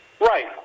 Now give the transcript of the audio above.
right